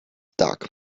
dark